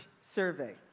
survey